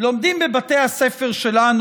לומד בבתי הספר שלנו,